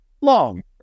long